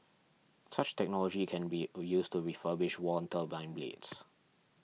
such technology can be used to refurbish worn turbine blades